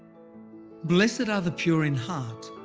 blessed are the pure in heart,